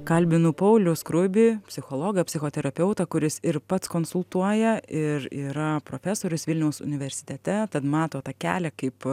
kalbinu paulių skruibį psichologą psichoterapeutą kuris ir pats konsultuoja ir yra profesorius vilniaus universitete tad mato tą kelią kaip